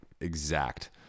exact